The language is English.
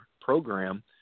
program